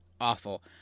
awful